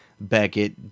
Beckett